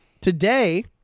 Today